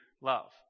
love